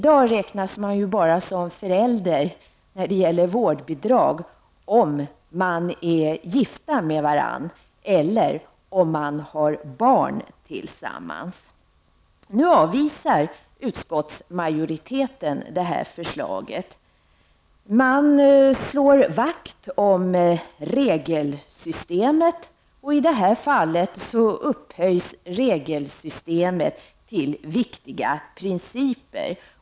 Vad gäller vårdbidrag räknas i dag som föräldrar endast de som är gifta med varandra eller har barn tillsammans. Nu avvisar utskottsmajoriteten det här förslaget; man slår vakt om regelsystemet. I detta fall upphöjs detta system till viktiga principer.